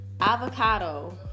avocado